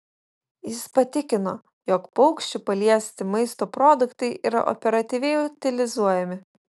jis patikino jog paukščių paliesti maisto produktai yra operatyviai utilizuojami